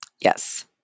Yes